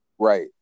Right